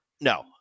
No